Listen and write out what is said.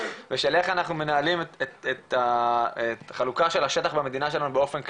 ושל איך אנחנו מנהלים את החלוקה של השטח במדינה שלנו באופן כללי.